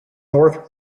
north